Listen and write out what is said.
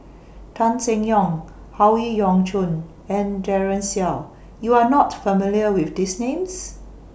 Tan Seng Yong Howe Yoon Chong and Daren Shiau YOU Are not familiar with These Names